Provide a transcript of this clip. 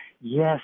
Yes